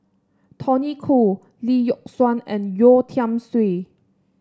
Tony Khoo Lee Yock Suan and Yeo Tiam Siew